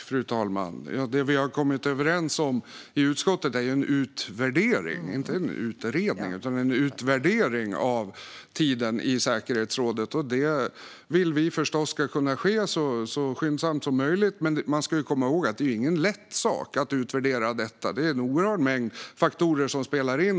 Fru talman! Det som vi har kommit överens om i utskottet är en utvärdering - inte en utredning - av tiden i säkerhetsrådet. Vi vill förstås att detta ska kunna ske så skyndsamt som möjligt. Men vi ska komma ihåg att det inte är någon lätt sak att utvärdera detta. Det är en oerhörd mängd faktorer som spelar in.